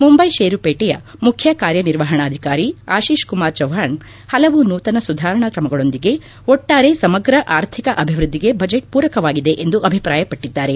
ಮುಂಬೈ ಷೇರುಪೇಟೆಯ ಮುಖ್ಯ ಕಾರ್ಯನಿರ್ವಾಹಣಾಧಿಕಾರಿ ಆಶಿಶ್ ಕುಮಾರ್ ಚೌಹಾಣ್ ಹಲವು ನೂತನ ಸುಧಾರಣಾ ಕ್ರಮಗಳೊಂದಿಗೆ ಒಟ್ಟಾರೆ ಸಮಗ್ರ ಅರ್ಥಿಕ ಅಭಿವೃದ್ದಿಗೆ ಬಚೆಟ್ ಪೂರಕವಾಗಿದೆ ಎಂದು ಅಭಿಪ್ರಾಯಪಟ್ಟದ್ದಾರೆ